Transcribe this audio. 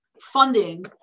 funding